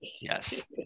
yes